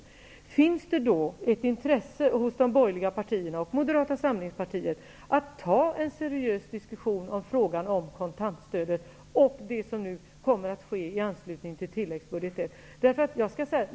Då vill jag fråga Ander G Högmark om det finns ett intresse hos de borgerliga partierna, och hos Moderata samlingspartiet, att föra en seriös diskussion om frågan om kontantstödet och det som nu kommer att ske i anslutning till tilläggsbudgeten.